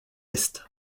est